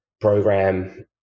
program